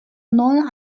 known